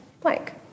blank